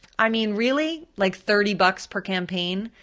i mean really like thirty bucks per campaign,